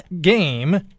game